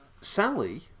Sally